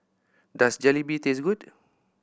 does Jalebi taste good